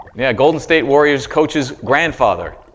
yeah, golden state warriors coach's grandfather.